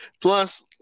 Plus